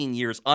years